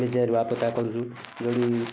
ନିଜେ ରୁଆ ପୋତା କରୁଛୁ